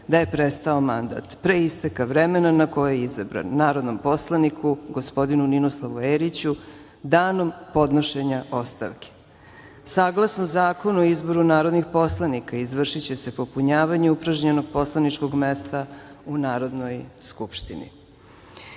da je prestao mandat pre isteka vremena na koje je izabran narodnom poslaniku, gospodinu Ninoslavu Eriću, danom podnošenja ostavke. Saglasno Zakonu o izboru narodnih poslanika izvršiće se popunjavanje upražnjenog poslaničkog mesta u Narodnoj skupštini. Ministar